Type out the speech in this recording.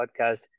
podcast